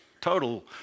Total